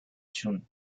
chun